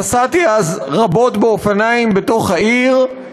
נסעתי אז רבות באופניים בתוך העיר,